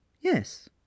yes